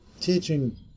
teaching